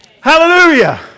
Hallelujah